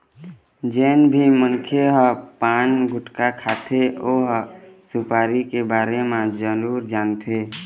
जेन भी मनखे ह पान, गुटका खाथे ओ ह सुपारी के बारे म जरूर जानथे